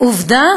עובדה